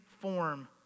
form